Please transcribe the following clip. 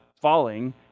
falling